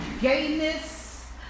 Gayness